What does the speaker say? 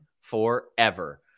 forever